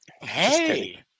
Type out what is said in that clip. Hey